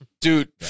dude